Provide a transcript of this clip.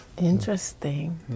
Interesting